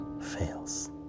fails